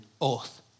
oath